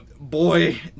boy